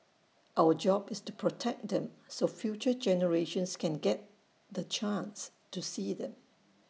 our job is to protect them so future generations can get the chance to see them